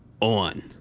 on